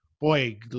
boy